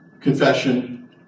confession